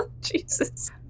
Jesus